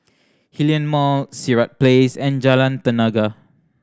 Hillion Mall Sirat Place and Jalan Tenaga